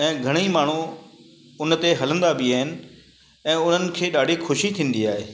ऐं घणेई माण्हू हुन ते हलंदा बि आहिनि ऐं उन्हनि खे ॾाढी ख़ुशी थींदी आहे